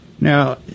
Now